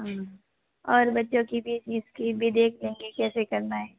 हाँ और बच्चों की भी फीस की भी देख लेंगे कैसे करना है